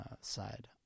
side